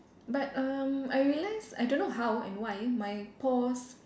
but um I realised I don't know how and why my pores